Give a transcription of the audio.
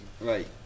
Right